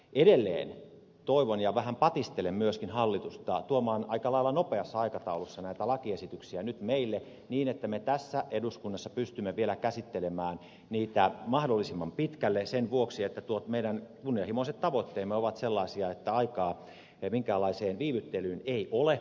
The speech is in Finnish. edelleen toivon ja vähän patistelen myöskin hallitusta tuomaan aika lailla nopeassa aikataulussa näitä lakiesityksiä nyt meille niin että me tässä eduskunnassa pystymme vielä käsittelemään niitä mahdollisimman pitkälle sen vuoksi että meidän kunnianhimoiset tavoitteemme ovat sellaisia että aikaa minkäänlaiseen viivyttelyyn ei ole